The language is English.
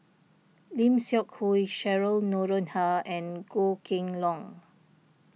Lim Seok Hui Cheryl Noronha and Goh Kheng Long